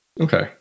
okay